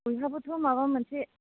बयहाबोथ' माबा मोनसे